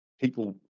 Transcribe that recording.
people